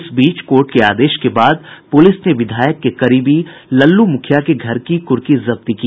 इस बीच कोर्ट के आदेश के बाद पुलिस ने विधायक के करीबी लल्लू मुखिया के घर की कुर्की जब्ती की